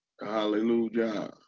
hallelujah